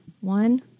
One